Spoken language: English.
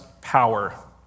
power